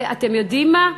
ואתם יודעים מה?